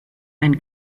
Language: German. ein